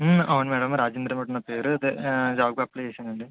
అవును madam Rajendra madam నా పేరు అదే జాబ్కి అప్లై చేశానండి